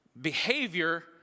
behavior